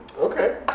Okay